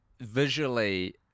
Visually